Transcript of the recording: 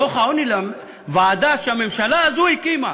דוח העוני בוועדה שהממשלה הזו הקימה.